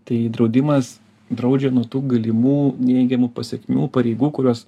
tai draudimas draudžia nuo tų galimų neigiamų pasekmių pareigų kurios